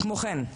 כמו כן,